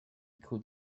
could